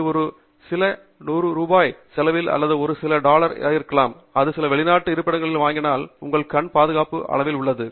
இது ஒரு சில நூறு ரூபாய் செலவில் அல்லது ஒரு சில டாலர்களாக இருக்கலாம் இது சில வெளிநாட்டு இருப்பிடங்களில் வாங்கினால் உங்கள் கண் பாதுகாப்பு மிகுந்த அளவில் உள்ளது